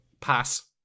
Pass